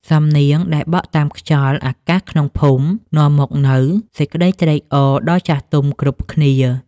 សំនៀងដែលបក់តាមខ្យល់អាកាសក្នុងភូមិ នាំមកនូវសេចក្ដីត្រេកអរដល់ចាស់ទុំគ្រប់គ្នា។